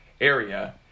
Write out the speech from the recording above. area